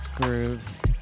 grooves